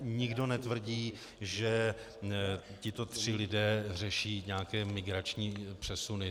Nikdo netvrdí, že tito tři lidé řeší nějaké migrační přesuny.